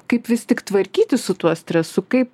kaip vis tik tvarkytis su tuo stresu kaip